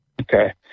Okay